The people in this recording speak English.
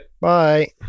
Bye